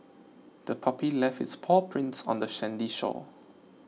the puppy left its paw prints on the sandy shore